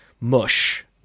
mush